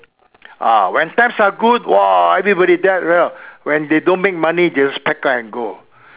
ah when times are good !wah! everybody when they don't make money they just pack up and go